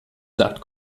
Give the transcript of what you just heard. saft